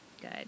good